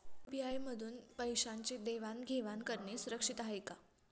UPI मधून पैशांची देवाण घेवाण सुरक्षित आहे का?